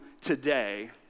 today